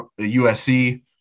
USC